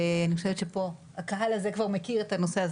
ואני חושבת שהקהל הזה פה כבר מכיר את הנושא הזה,